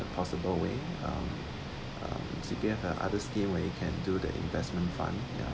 possible way um um C_P_F had the other skill where you can do the investment fund ya